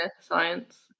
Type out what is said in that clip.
science